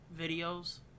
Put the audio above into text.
videos